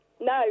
No